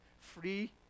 free